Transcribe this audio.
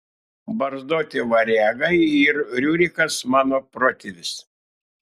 barzdoti variagai ir riurikas mano protėvis